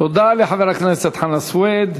תודה לחבר הכנסת חנא סוייד.